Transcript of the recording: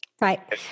Right